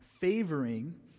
favoring